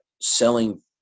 selling